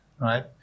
right